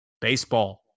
baseball